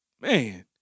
man